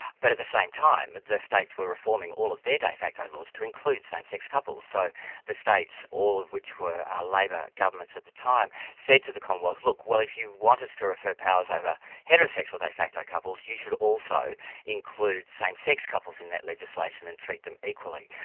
but at the same time, the states were reforming all of their de facto laws to include same sex couples. so the states all of which were ah labor governments at the time, said to the commonwealth, look, well if you want us to refer powers over heterosexual de facto couples, you should also include same sex couples in that legislation and treat them equally.